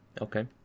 Okay